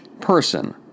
person